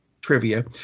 trivia